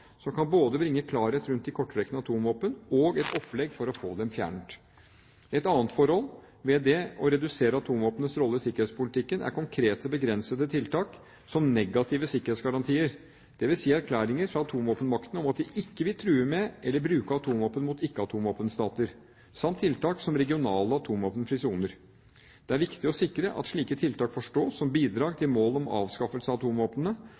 som kan både bringe klarhet rundt de kortrekkende atomvåpen og være et opplegg for å få dem fjernet. Et annet forhold ved det å redusere atomvåpnenes rolle i sikkerhetspolitikken er konkrete, begrensende tiltak som negative sikkerhetsgarantier, dvs. erklæringer fra atomvåpenmaktene om at de ikke vil true med eller bruke atomvåpen mot ikkeatomvåpenstater samt tiltak som regionale atomvåpenfrie soner. Det er viktig å sikre at slike tiltak forstås som bidrag til målet om avskaffelse av atomvåpnene